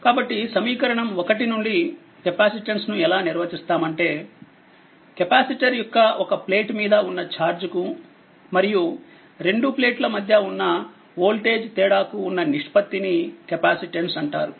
కాబట్టి సమీకరణం 1 నుండి కెపాసిటన్స్ ను ఎలా నిర్వచిస్తామంటే కెపాసిటర్ యొక్క ఒక ప్లేట్ మీద ఉన్న ఛార్జ్ కు మరియు రెండు ప్లేట్ల మధ్య వోల్టేజ్ తేడా కు ఉన్న నిష్పత్తి ని కెపాసిటన్స్ అంటారు